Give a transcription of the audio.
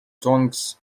tongues